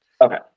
okay